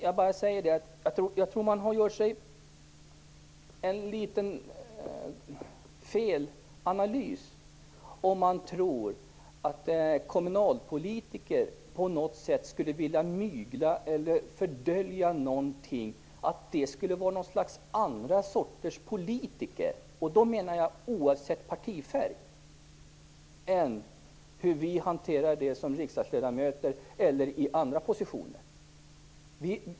Jag tror att man gör en liten felanalys om man tror att kommunalpolitiker på något sätt skulle vilja mygla eller dölja någonting, att det skulle vara något slags andra sortens politiker, och det oavsett partifärg, och att de skulle göra på något annat sätt än hur vi gör som riksdagsledamöter eller i andra positioner.